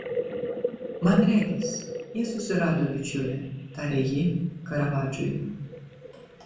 man regis jis susirado bičiulį tarė ji karavadžui